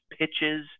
pitches